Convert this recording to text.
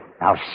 Now